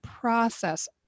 process